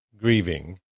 grieving